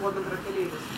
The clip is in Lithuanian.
buvo bendrakeleivis